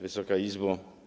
Wysoka Izbo!